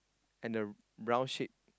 and a round shape